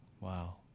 Wow